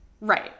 Right